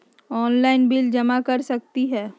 Online bill जमा कर सकती ह?